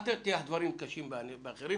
אל תטיח דברים קשים באחרים.